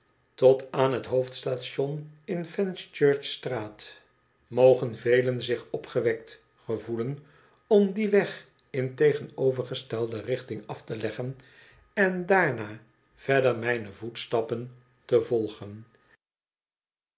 tot aan het hoofdstation in fenchurchstraat mogen velen zich opgewekt gevoelen om dien weg in tegenovergestelde richting af te leggen en daarna verder mijne voetstappen te volgen